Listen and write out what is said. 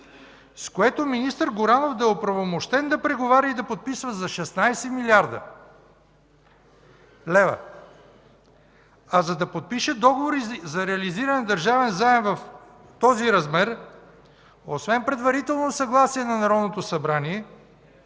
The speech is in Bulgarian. с което министър Горанов да е оправомощен да преговаря и да подписва за 16 млрд. лв., а за да подпише договори за реализиран държавен заем в този размер, освен предварително съгласие на Народното събрание,